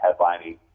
headlining